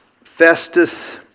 Festus